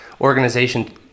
organization